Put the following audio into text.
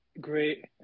great